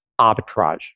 arbitrage